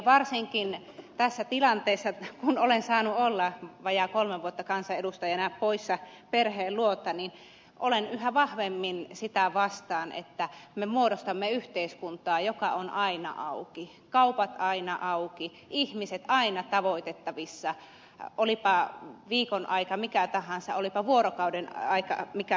varsinkin tässä tilanteessa kun olen saanut olla vajaat kolme vuotta kansanedustajana poissa perheen luota niin olen yhä vahvemmin sitä vastaan että me muodostamme yhteiskuntaa joka on aina auki kaupat aina auki ihmiset aina tavoitettavissa olipa viikon aika mikä tahansa olipa vuorokaudenaika mikä tahansa